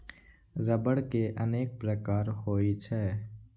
रबड़ के अनेक प्रकार होइ छै